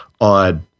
odd